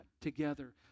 together